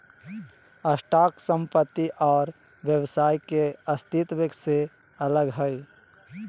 stock संपत्ति और व्यवसाय के अस्तित्व से अलग हइ